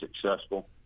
successful